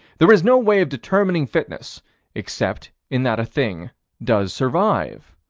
there is no way of determining fitness except in that a thing does survive.